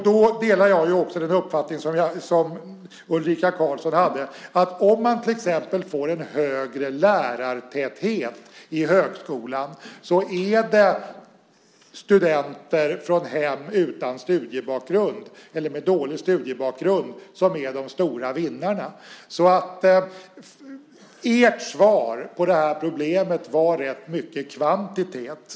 Då delar jag ju också den uppfattning som Ulrika Carlsson hade: Om man till exempel får en högre lärartäthet i högskolan är det studenter från hem utan studiebakgrund, eller med dålig studiebakgrund, som är de stora vinnarna. Ert svar på det här problemet var rätt mycket kvantitet.